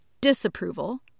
disapproval